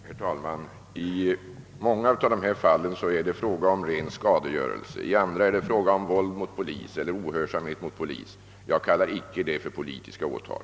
Herr talman! I många av dessa fall är det fråga om ren skadegörelse, i andra om våld mot polis eller ohörsamhet mot polis. Jag kallar icke det politiska åtal.